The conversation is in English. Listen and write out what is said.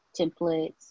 templates